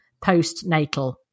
postnatal